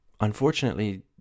Unfortunately